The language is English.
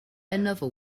another